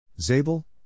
Zabel